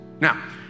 Now